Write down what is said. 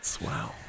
Wow